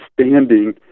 standing